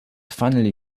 finally